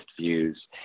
views